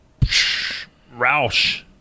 roush